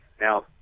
Now